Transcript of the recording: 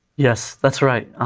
yes, that's right.